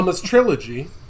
trilogy